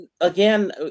again